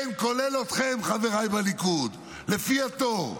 כן, כולל אתכם חבריי בליכוד, לפי התור.